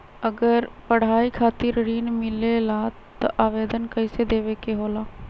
अगर पढ़ाई खातीर ऋण मिले ला त आवेदन कईसे देवे के होला?